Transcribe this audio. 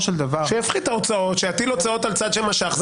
שיפחית את ההוצאות, שיטיל הוצאות על צד שמשך.